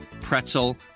pretzel